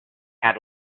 had